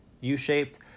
U-shaped